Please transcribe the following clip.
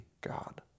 God